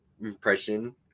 impression